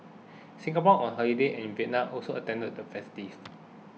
Singaporean on holiday in Vietnam also attended the festivities